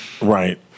Right